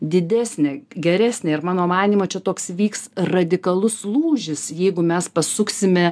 didesnė geresnė ir mano manymu čia toks vyks radikalus lūžis jeigu mes pasuksime